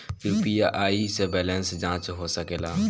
UPI से balance जाँच हो सके ला?